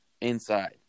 inside